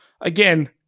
Again